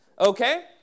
okay